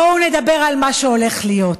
בואו נדבר על מה שהולך להיות,